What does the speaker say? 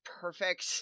perfect